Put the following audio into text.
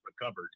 recovered